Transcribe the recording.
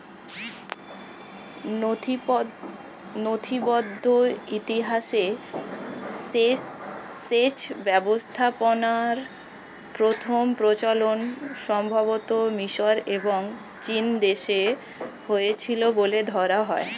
নথিবদ্ধ ইতিহাসে সেচ ব্যবস্থাপনার প্রথম প্রচলন সম্ভবতঃ মিশর এবং চীনদেশে হয়েছিল বলে ধরা হয়